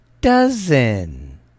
Dozen